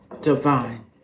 divine